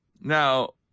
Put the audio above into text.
Now